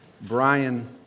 Brian